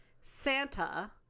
Santa